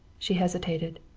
she hesitated.